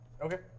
Okay